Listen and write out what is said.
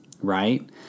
right